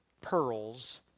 Pearls